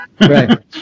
Right